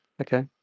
okay